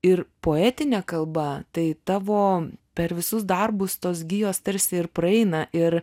ir poetine kalba tai tavo per visus darbus tos gijos tarsi ir praeina ir